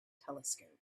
telescope